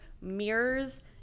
mirrors